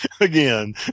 again